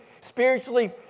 spiritually